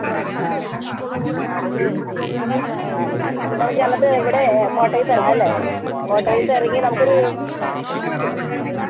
ആ ആ പിൻ ആ നമുക്ക് എന്നിട്ട് ഇവിടെ കോട്ടയത്ത് ഇറങ്ങാം അല്ലേ കോട്ടയത്ത് ഇറങ്ങി നമുക്ക് ഒരു ചാ